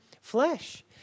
flesh